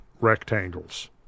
rectangles